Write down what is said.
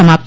समाप्त